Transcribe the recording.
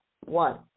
One